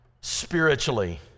spiritually